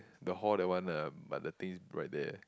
the hall that one ah but the things right there